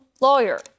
lawyer